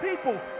people